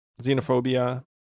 xenophobia